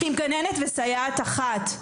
באחריותן של גננת אחת וסייעת אחת.